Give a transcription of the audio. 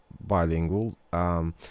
bilingual